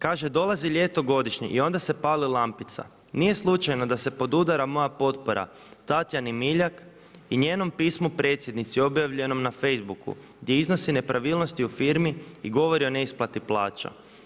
Kaže dolazi ljeto, godišnji i onda se pali lampica, nije slučajno da se podudara moja potpora Tatjani MIljak i njenom pismu predsjednici objavljenom na facebooku gdje iznosi nepravilnosti u firmi i govori o neisplati plaća.